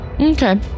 Okay